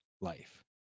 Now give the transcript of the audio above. life